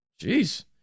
Jeez